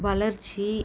வளர்ச்சி